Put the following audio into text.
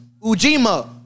Ujima